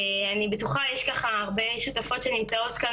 אני בטוחה יש ככה הרבה שותפות שנמצאות כאן